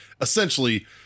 essentially